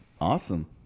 awesome